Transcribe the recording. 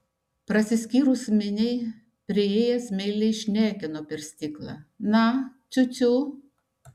prasiskyrus miniai priėjęs meiliai šnekino per stiklą na ciu ciu